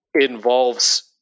involves